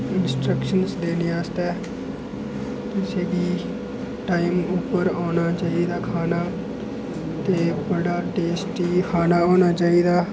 instructions देने आस्तै तु'सें गी टाइम उप्पर औना चाहिदा खाना ते बड़ा टेस्टी खाना होना चाहिदा